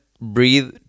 breathe